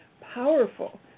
powerful